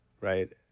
right